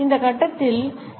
இந்த கட்டத்தில் என்